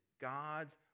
God's